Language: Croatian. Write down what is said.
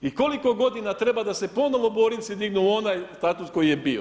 I koliko godina treba da se ponovo Borinci dignu u onaj status koji je bio.